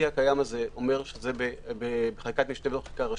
הוא אומר שזה בחקיקת משנה ולא בחקיקה ראשית.